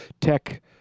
tech